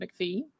mcphee